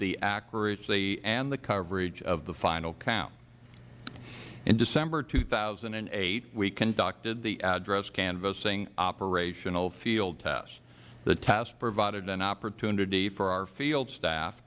the accuracy and the coverage of the final count in december two thousand and eight we conducted the address canvassing operational field test the test provided an opportunity for our field staff